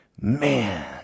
man